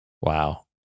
Wow